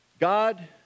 God